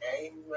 Amen